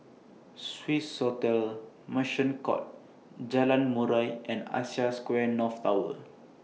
Swissotel Merchant Court Jalan Murai and Asia Square North Tower